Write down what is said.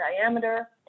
diameter